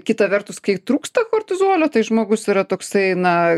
kita vertus kai trūksta kortizolio tai žmogus yra toksai na